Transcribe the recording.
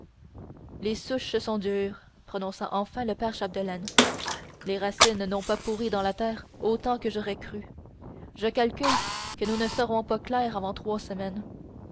les souches sont dures prononça enfin le père chapdelaine les racines n'ont pas pourri dans la terre autant que j'aurais cru je calcule que nous ne serons pas clairs avant trois semaines